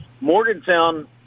Morgantown